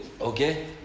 Okay